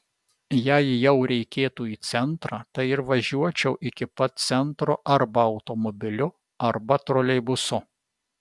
jei jau reikėtų į centrą tai ir važiuočiau iki pat centro arba automobiliu arba troleibusu